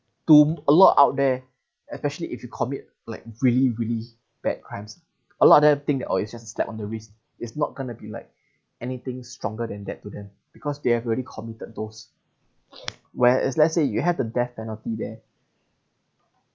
to a lot out there especially if you commit like really really bad crimes a lot of them think that orh it's just a slap on the wrist it's not going to be like anything stronger than that to them because they have already committed those where let's say you have the death penalty there